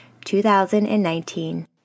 2019